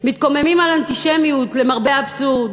מתקוממים על אנטישמיות, למרבה האבסורד.